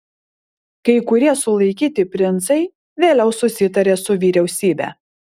kai kurie sulaikyti princai vėliau susitarė su vyriausybe